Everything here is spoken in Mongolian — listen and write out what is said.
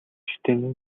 шүтээн